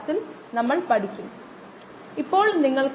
നമുക്ക് ഇത് ആദ്യം ഊഹിക്കാൻ കഴിയുമോ എന്ന് നോക്കാം